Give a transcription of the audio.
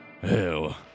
Hell